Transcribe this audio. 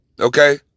okay